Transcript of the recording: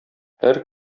һәр